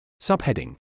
Subheading